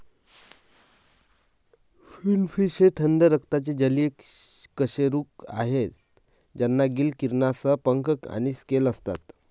finfish हे थंड रक्ताचे जलीय कशेरुक आहेत ज्यांना गिल किरणांसह पंख आणि स्केल असतात